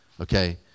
Okay